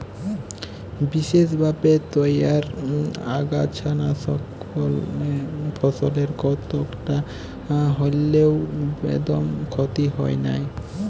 বিসেসভাবে তইয়ার আগাছানাসকলে ফসলের কতকটা হল্যেও বেদম ক্ষতি হয় নাই